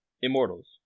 immortals